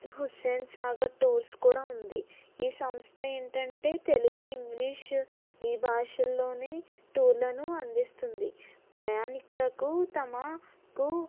Hussain Sagar tours కూడా ఉంది ఈ సంస్థ ఏంటంటే తెలుగు ఇంగ్లీష్ ఈ భాషల్లోనే టూర్ లను అందిస్తుంది ప్రయాణికులకు తమ కు